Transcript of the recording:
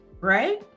right